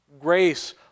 grace